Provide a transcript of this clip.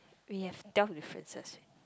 we have tell differences